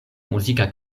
muzika